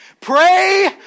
Pray